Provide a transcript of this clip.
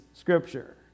scripture